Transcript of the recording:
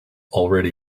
already